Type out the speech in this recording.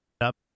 up